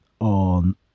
on